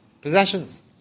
possessions